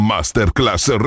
Masterclass